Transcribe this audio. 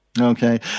Okay